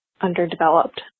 underdeveloped